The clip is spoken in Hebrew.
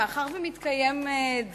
מאחר שמתקיים דיון,